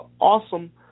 awesome